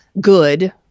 good